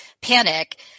panic